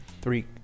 Three